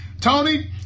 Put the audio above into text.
Tony